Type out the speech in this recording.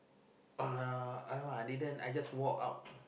uh !alamak! I didn't I just walk out